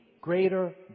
greater